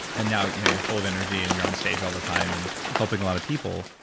and now you know you're full of energy and you're on stage all the time and helping a lot of people.